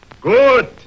Good